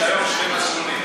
יש היום שני מסלולים,